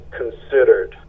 considered